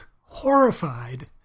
horrified